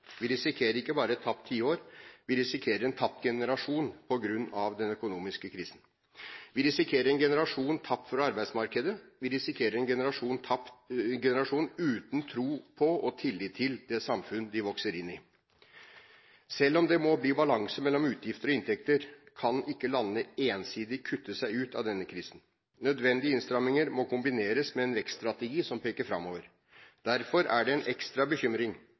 Vi risikerer ikke bare et tapt tiår. Vi risikerer en tapt generasjon på grunn av den økonomiske krisen. Vi risikerer en generasjon tapt for arbeidsmarkedet. Vi risikerer en generasjon uten tro på og tillit til det samfunn de vokser inn i. Selv om det må bli balanse mellom utgifter og inntekter, kan ikke landene ensidig kutte seg ut av denne krisen. Nødvendige innstramminger må kombineres med en vekststrategi som peker framover. Derfor er det en ekstra bekymring